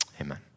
amen